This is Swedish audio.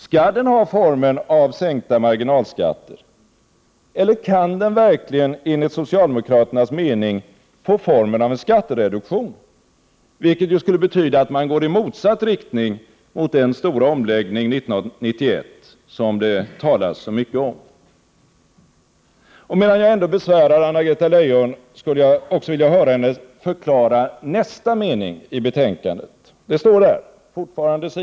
Skall den ha formen av sänkta marginalskatter, eller kan den verkligen enligt socialdemokraternas mening få formen av en skattereduktion, vilket ju skulle betyda att man går i motsatt riktning mot den stora omläggning 1991 som det talas så mycket om? Medan jag ändå besvärar Anna-Greta Leijon skulle jag också vilja höra henne förklara nästa mening på s. 75 i betänkandet.